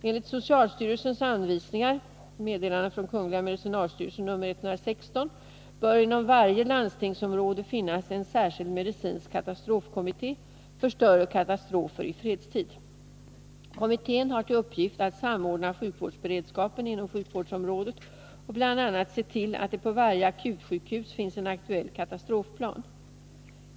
Enligt socialstyrelsens anvisningar bör inom varje landstingsområde finnas en särskild medicinsk katastrofkommitté för större katastrofer i fredstid. Kommittén har till uppgift att samordna sjukvårdsberedskapen inom sjukvårdsområdet och bl.a. se till att det på varje akutsjukhus finns en aktuell katastrofplan.